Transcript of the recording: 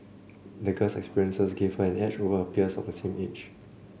the girl's experiences gave her an edge over her peers of the same age